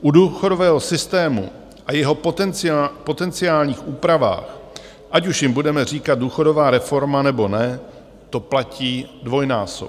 U důchodového systému a jeho potenciálních úprav, ať už jim budeme říkat důchodová reforma, nebo ne, to platí dvojnásob.